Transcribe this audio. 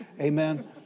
Amen